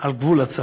על גבול הצפון,